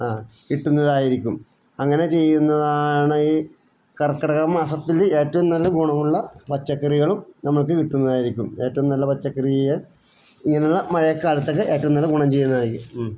ആ കിട്ടുന്നതായിരിക്കും അങ്ങനെ ചെയ്യുന്നതാണ് ഈ കർക്കിടക മാസത്തിൽ ഏറ്റവും നല്ല ഗുണമുള്ള പച്ചക്കറികളും നമുക്ക് കിട്ടുന്നതായിരിക്കും ഏറ്റവും നല്ല പച്ചക്കറിയെ ഇങ്ങനെയുള്ള മഴയക്കാലത്തൊക്കെ ഏറ്റവും നല്ല ഗുണം ചെയ്യുന്നതായിരിക്കും